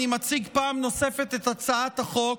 אני מציג פעם נוספת את הצעת החוק,